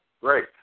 Great